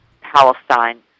Palestine